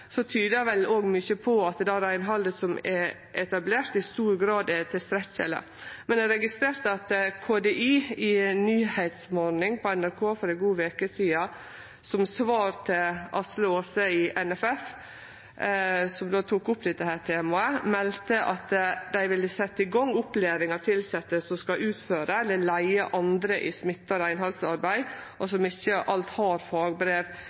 tyder vel mykje på at det reinhaldet som er etablert, i stor grad er tilstrekkeleg. Men eg registrerte at KDI i Nyheitsmorgon på NRK for ei god veke sidan – som svar til Asle Aase i NFF, som tok opp dette temaet – melde at dei ville setje i gang opplæring av tilsette som skal utføre eller leie andre i smitte- og reinhaldsarbeid, og som ikkje alt har fagbrev